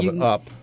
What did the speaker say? up